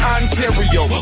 Ontario